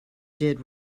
did